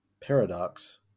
paradox